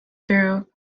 though